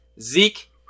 Zeke